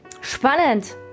spannend